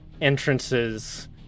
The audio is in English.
entrances